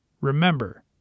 Remember